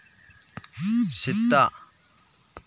ᱥᱮᱛᱟ